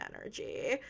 energy